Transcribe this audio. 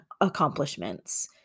accomplishments